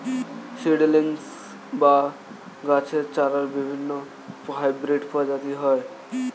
seedlings বা গাছের চারার বিভিন্ন হাইব্রিড প্রজাতি হয়